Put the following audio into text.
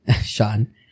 Sean